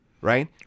right